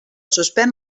suspèn